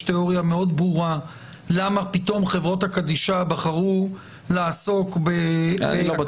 יש תיאוריה מאוד ברורה למה פתאום חברות הקדישא בחרו לעסוק בזה.